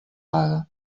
pague